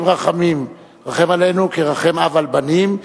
רחמים: רחם עלינו כרחם אב על בנים,